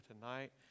tonight